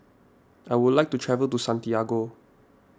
I would like to travel to Santiago